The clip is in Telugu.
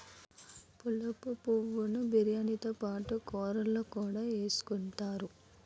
పులావు పువ్వు ను బిర్యానీతో పాటు కూరల్లో కూడా ఎసుకుంతారు